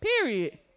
period